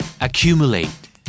Accumulate